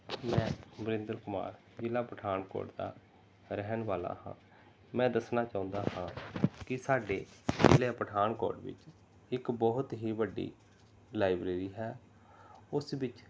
ਮੈਂ ਵਰਿੰਦਰ ਕੁਮਾਰ ਜਿਲ੍ਹਾ ਪਠਾਨਕੋਟ ਦਾ ਰਹਿਣ ਵਾਲਾ ਹਾਂ ਮੈਂ ਦੱਸਣਾ ਚਾਹੁੰਦਾ ਹਾਂ ਕਿ ਸਾਡੇ ਜ਼ਿਲ੍ਹੇ ਪਠਾਨਕੋਟ ਵਿਚ ਇੱਕ ਬਹੁਤ ਹੀ ਵੱਡੀ ਲਾਈਬਰੇਰੀ ਹੈ ਉਸ ਵਿੱਚ